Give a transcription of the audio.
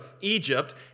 Egypt